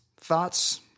thoughts